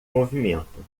movimento